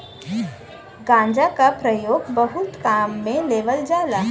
गांजा क परयोग बहुत काम में लेवल जाला